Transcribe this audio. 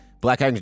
black